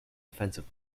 offensive